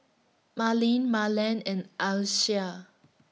Marlene Marland and Alysha